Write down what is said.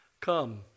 come